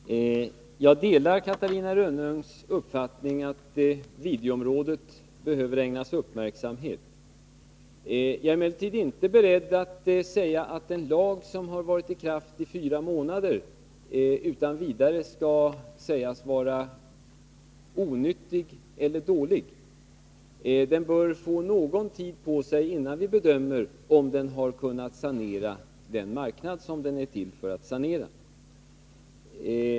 Herr talman! Jag delar Catarina Rönnungs uppfattning att videoområdet behöver ägnas uppmärksamhet. Jag är emellertid inte beredd att förklara att en lag, som har varit i kraft bara fyra månader, utan vidare skall sägas vara onyttig eller dålig. Den bör få någon tid på sig, innan vi bedömer om den har kunnat sanera den marknad som den är till för att sanera.